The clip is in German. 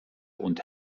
und